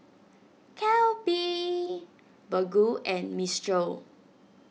Calbee Baggu and Mistral